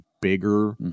bigger